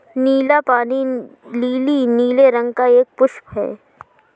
नीला पानी लीली नीले रंग का एक पुष्प है